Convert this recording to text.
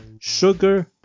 sugar